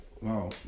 Wow